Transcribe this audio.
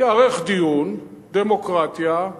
ייערך דיון, דמוקרטיה,